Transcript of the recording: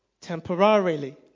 temporarily